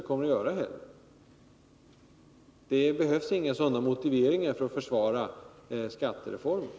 Det behövs inga sådana motiveringar för att försvara skattereformen.